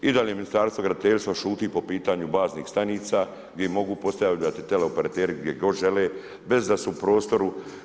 I dalje Ministarstvo graditeljstva šuti po pitanju baznih stanica, gdje mogu postavljati teleoperateri gdje god žele, bez da su u prostoru.